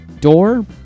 Door